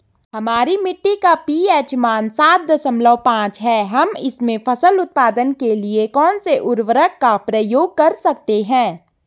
हमारी मिट्टी का पी.एच मान सात दशमलव पांच है हम इसमें फसल उत्पादन के लिए कौन से उर्वरक का प्रयोग कर सकते हैं?